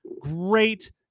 great